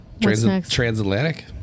Transatlantic